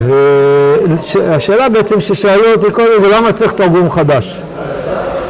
‫והשאלה בעצם ששאלו אותי קודם ‫זה למה צריך תרגום חדש?